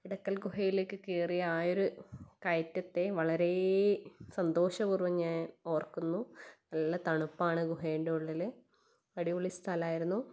എടക്കൽ ഗുഹയിലേക്ക് കയറിയ ആ ഒരു കയറ്റത്തേ വളരെ സന്തോഷപൂർവ്വം ഞാൻ ഓർക്കുന്നു നല്ല തണുപ്പാണ് ഗുഹേൻറ്റുള്ളിൽ അടിപൊളി സ്ഥലമായിരുന്നു